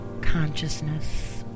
consciousness